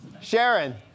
Sharon